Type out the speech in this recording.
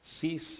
cease